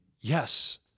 yes